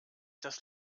das